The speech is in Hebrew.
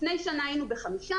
לפני שנה היינו ב-15%,